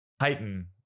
heighten